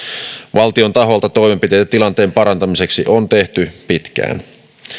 valtion taholta toimenpiteitä tilanteen parantamiseksi on tehty pitkään